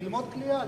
ללמוד קליעה,